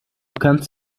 kannst